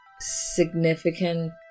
significant